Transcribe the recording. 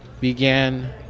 began